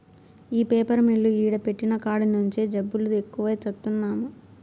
ఈ paper mill ఈడ పెట్టిన కాడి నుంచే జబ్బులు ఎక్కువై చత్తన్నాము